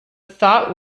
thought